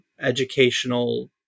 educational